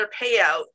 payout